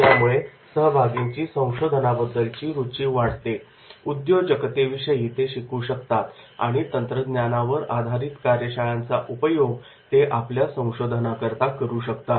यामुळे सहभागींची संशोधनाबद्दलची रुची वाढते उद्योजकतेविषयी ते शिकू शकतात आणि तंत्रज्ञानावर आधारितकार्यशाळांचा उपयोग ते आपल्या संशोधनाकरता करू शकतात